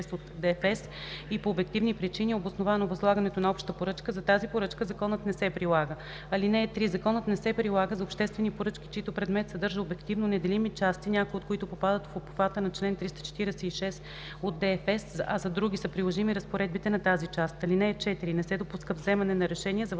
от ДФЕС, и по обективни причини е обосновано възлагането на обща поръчка, за тази поръчка законът не се прилага. (3) Законът не се прилага за обществени поръчки, чийто предмет съдържа обективно неделими части, някои от които попадат в обхвата на чл. 346 от ДФЕС, а за други са приложими разпоредбите на тази част. (4) Не се допуска вземане на решение за възлагане